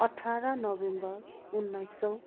अठार नोभेम्बर उन्नाइस सय